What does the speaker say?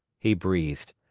he breathed.